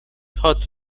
hot